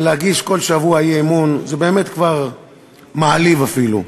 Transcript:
אבל להגיש כל שבוע אי-אמון זה באמת כבר מעליב אפילו.